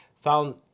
found